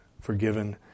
forgiven